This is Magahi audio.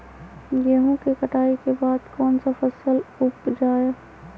गेंहू के कटाई के बाद कौन सा फसल उप जाए?